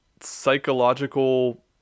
psychological